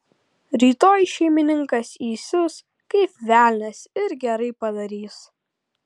rytoj šeimininkas įsius kaip velnias ir gerai padarys